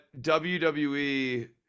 WWE